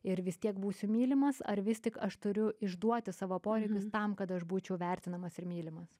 ir vis tiek būsiu mylimas ar vis tik aš turiu išduoti savo poreikius tam kad aš būčiau vertinamas ir mylimas